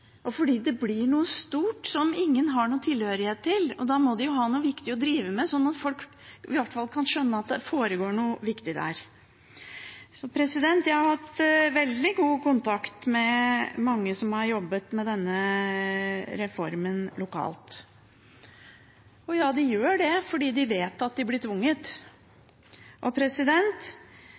og fordi det blir noe stort som ingen har noe tilhørighet til – og da må de jo ha noe viktig å drive med sånn at folk i hvert fall kan skjønne at det foregår noe viktig der. Jeg har hatt veldig god kontakt med mange som har jobbet med denne reformen lokalt – og ja, de gjør det, fordi de vet at de blir tvunget.